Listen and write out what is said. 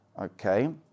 okay